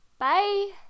Bye